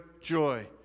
joy